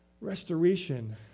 restoration